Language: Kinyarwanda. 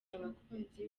abakunzi